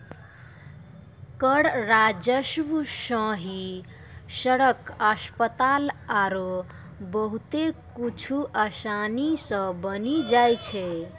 कर राजस्व सं ही सड़क, अस्पताल आरो बहुते कुछु आसानी सं बानी जाय छै